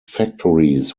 factories